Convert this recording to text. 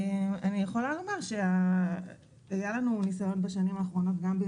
אני יכולה לומר שבשנים האחרונות היה לנו